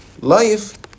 life